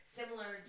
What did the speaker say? similar